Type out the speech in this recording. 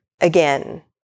again